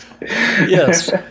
Yes